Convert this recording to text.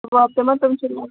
تِمن تِم چھنہٕ